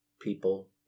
people